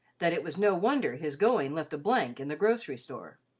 that it was no wonder his going left a blank in the grocery store.